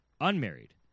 unmarried